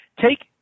take